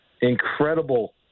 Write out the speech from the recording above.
incredible